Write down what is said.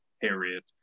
Period